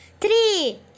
Three